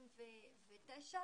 אוקיי.